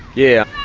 yeah,